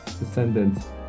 descendants